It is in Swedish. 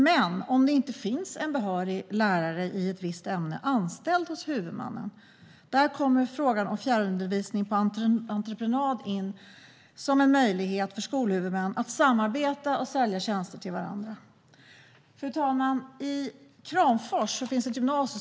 Men vad gör man om det inte finns en behörig lärare i ett visst ämne anställd hos huvudmannen? Där kommer frågan om fjärrundervisning på entreprenad in som en möjlighet för skolhuvudmän att samarbeta och sälja tjänster till varandra. Fru talman! I Kramfors finns Ådalsgymnasiet.